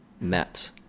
met